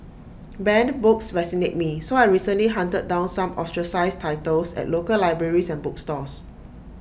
banned books fascinate me so I recently hunted down some ostracised titles at local libraries and bookstores